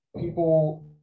people